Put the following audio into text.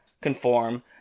conform